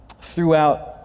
throughout